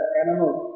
animals